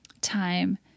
time